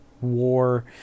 war